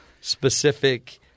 specific